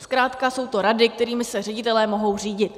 Zkrátka jsou to rady, kterými se ředitelé mohou řídit.